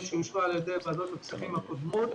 שאושרה על-ידי ועדות הכספים הקודמות